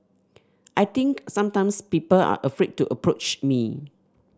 I think sometimes people are afraid to approach me